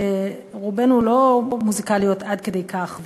שרובנו לא מוזיקליות עד כדי כך,